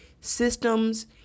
systems